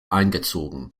eingezogen